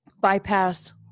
bypass